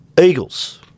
Eagles